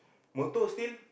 motor still